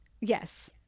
Yes